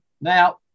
Now